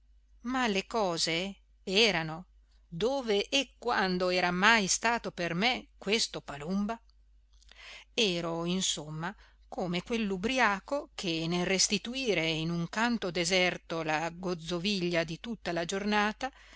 ma le cose erano dove e quando era mai stato per me questo palumba ero insomma come quell'ubriaco che nel restituire in un canto deserto la gozzoviglia di tutta la giornata